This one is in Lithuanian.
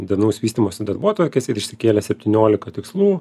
darnaus vystymosi darbotvarkės ir išsikėlė septyniolika tikslų